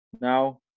now